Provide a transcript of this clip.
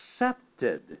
accepted